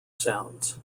sounds